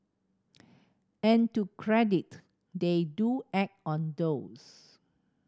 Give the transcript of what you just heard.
and to credit they do act on those